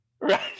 right